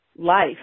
life